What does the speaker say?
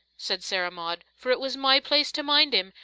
said sarah maud, for it was my place to mind him,